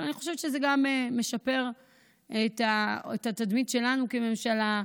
אבל אני חושבת שזה גם משפר את התדמית שלנו כממשלה,